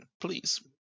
Please